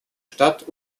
stadt